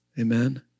amen